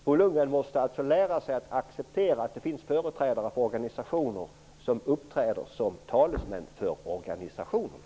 Bo Lundgren måste lära sig att acceptera att det finns företrädare för organisationer som uppträder som talesmän för organisationerna.